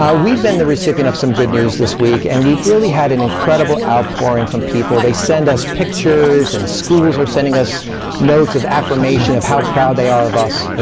we've been there recipient of some good news this week and we've really had an incredible outpouring from people. they send us pictures, and schools are sending us notes of affirmation of how proud they are of us.